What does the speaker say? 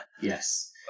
yes